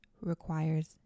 requires